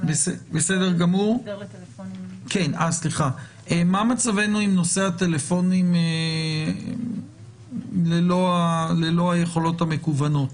מה מצבנו עם נושא הטלפונים ללא היכולות המקוונות,